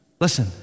Listen